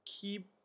keep